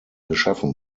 geschaffen